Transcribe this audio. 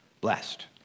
blessed